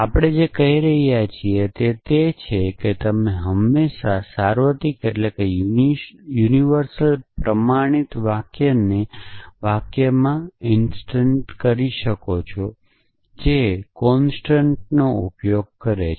આપણે જે કહી રહ્યા છીએ તે તે છે કે તમે હંમેશાં સાર્વત્રિક પ્રમાણિત વાક્યને વાક્યમાં ઇન્સ્ટન્ટ કરી શકો છો જે કોન્સટંટનો ઉપયોગ કરે છે